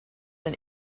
than